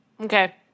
okay